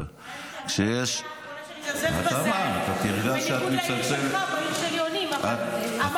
העירייה האחרונה שאני מזלזלת בה היא העירייה שלי.